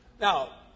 Now